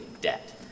debt